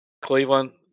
Cleveland